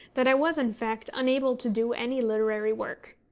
that i was in fact unable to do any literary work.